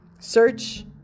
search